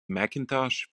mcintosh